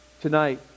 tonight